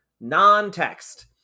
non-text